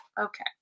Okay